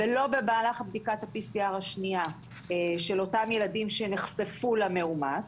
ולא במהלך בדיקת ה-pcr השנייה של אותם הילדים שנחשפו למאומת,